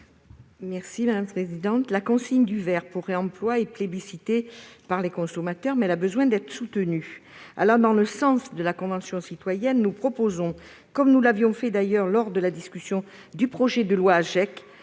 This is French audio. l'amendement n° 155. La consigne du verre pour réemploi est plébiscitée par les consommateurs, mais elle a besoin d'être soutenue. Allant dans le sens de la Convention citoyenne, nous proposons, comme nous l'avions fait lors de la discussion du projet de loi AGEC,